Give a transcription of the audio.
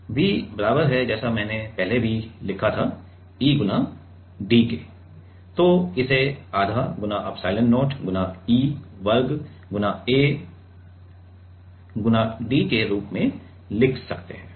V बराबर है जैसा मैंने पहले लिखा था E × d तो इसे आधा × एप्सिलॉन0 E वर्ग × A × d के रूप में लिख सकते हैं